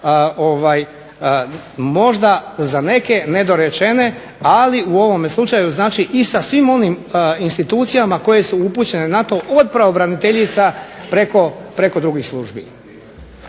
možda za neke nedorečene, ali u ovome slučaju i sa svim onim institucijama koje su upućene na to od pravobraniteljica preko drugih službi.